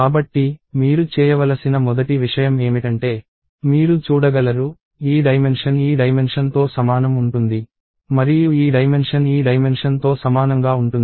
కాబట్టి మీరు చేయవలసిన మొదటి విషయం ఏమిటంటే మీరు చూడగలరు ఈ డైమెన్షన్ ఈ డైమెన్షన్ తో సమానం ఉంటుంది మరియు ఈ డైమెన్షన్ ఈ డైమెన్షన్ తో సమానంగా ఉంటుంది